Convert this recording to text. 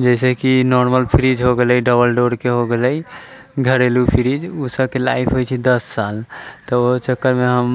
जैसे कि normal fridge हो गेलै डबल डोरके हो गेलै घरेलू फ्रीज उ सभके लाइफ होइ छै दस साल तऽ ओ चक्करमे हम